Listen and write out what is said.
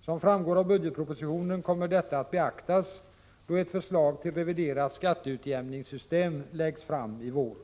Som framgår av budgetpropositionen kommer detta att beaktas då ett förslag till reviderat skatteutjämningssystem läggs fram i vår.